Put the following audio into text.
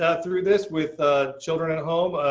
ah through this with ah children at home.